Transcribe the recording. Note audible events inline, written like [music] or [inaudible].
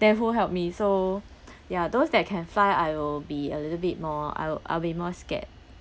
then who help me so [breath] ya those that can fly I will be a little bit more I'll I'll be more scared